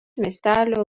miestelio